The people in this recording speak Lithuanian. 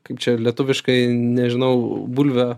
kaip čia lietuviškai nežinau bulvę